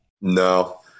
No